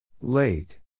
Late